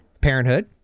Parenthood